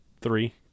Three